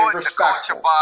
respectful